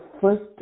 first